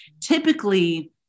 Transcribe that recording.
Typically